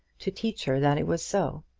to teach her that it was so.